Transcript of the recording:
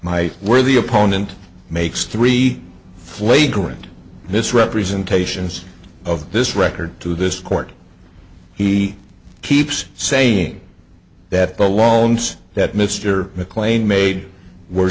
my worthy opponent makes three flagrant misrepresentations of this record to this court he keeps saying that the loans that mr mclean made were